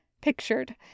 Pictured